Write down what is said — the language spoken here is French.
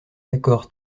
d’accord